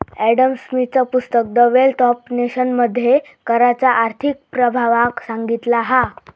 Adam स्मिथचा पुस्तक the wealth of nation मध्ये कराच्या आर्थिक प्रभावाक सांगितला हा